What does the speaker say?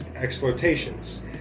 exploitations